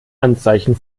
anzeichen